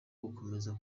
gukomeza